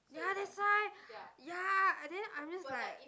ya that's why ya then I'm just like